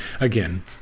again